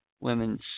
women's